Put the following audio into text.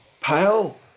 Pale